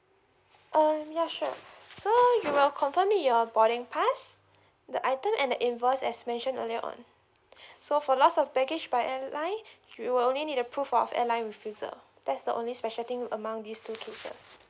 um yeah sure so you will confirm me your boarding pass the item and the invoice as mentioned earlier on so for lost of baggage by airline we were only need a proof of airline refusal that's the only special thing among these two cases